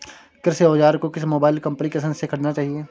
कृषि औज़ार को किस मोबाइल एप्पलीकेशन से ख़रीदना चाहिए?